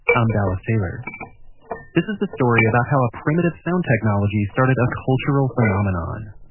um dallas taylor this is the story about how a primitive sound technology started a cultural phenomenon